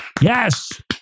Yes